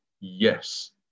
yes